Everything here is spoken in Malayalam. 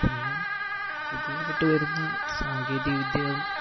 പിന്നെ പുതിയതായിട്ട് വരുന്ന സാങ്കേതിക വിദ്യകളും